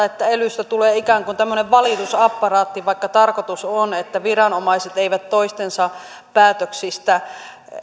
että elystä tulee ikään kuin tämmöinen valitusapparaatti vaikka tarkoitus on että viranomaiset eivät toistensa päätöksistä